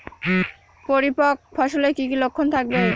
পরিপক্ক ফসলের কি কি লক্ষণ থাকবে?